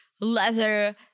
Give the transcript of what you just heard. leather